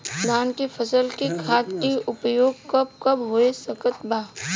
धान के फसल में खाद के उपयोग कब कब हो सकत बा?